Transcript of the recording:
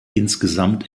insgesamt